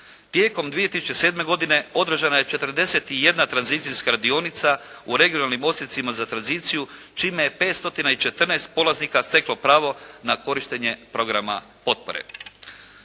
Tijekom 2007. godine održana je 41 tranzicijska radionica u regionalnim odsjecima za tranziciju čime je 5 stotina i 14 polaznika steklo pravo na korištenje programa potpore.